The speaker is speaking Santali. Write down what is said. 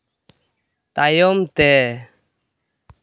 ᱛᱟᱭᱚᱢ ᱛᱮ